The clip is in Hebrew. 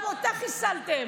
וגם אותה חיסלתם.